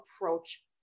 approach